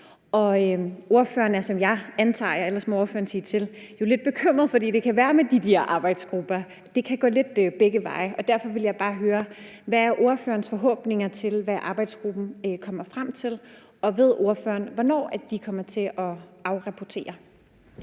Og ordføreren er som jeg – antager jeg, ellers må ordføreren sige til – jo lidt bekymret, for det kan være sådan med de der arbejdsgrupper, at det kan gå lidt begge veje. Derfor vil jeg bare høre: Hvad er ordførerens forhåbninger til, hvad arbejdsgruppen kommer frem til, og ved ordføreren, hvornår de kommer til at afrapportere?